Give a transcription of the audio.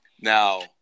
now